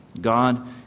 God